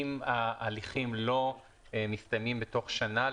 אם ההליכים לא מסתיימים בתוך שנה,